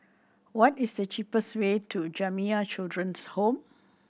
what is the cheapest way to Jamiyah Children's Home